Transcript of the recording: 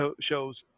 shows